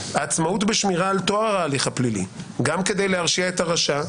העצמאות בשמירה על טוהר ההליך הפלילי גם כדי להרשיע את הרשע,